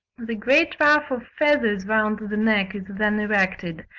the great ruff of feathers round the neck is then erected,